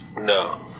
No